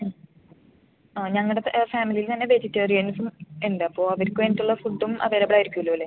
ആ ഞങ്ങടവിടുത്തെ ഫാമിലിയിൽ തന്നെ വെജിറ്റേറിയൻസും ഉണ്ട് അപ്പോൾ അവർക്ക് വേണ്ടിട്ടുള്ള ഫുഡും അവൈലബിൾ ആയിരിക്കും അല്ലോ അല്ലേ